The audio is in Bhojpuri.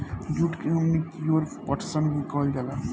जुट के हमनी कियोर पटसन भी कहल जाला